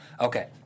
Okay